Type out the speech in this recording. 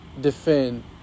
defend